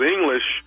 English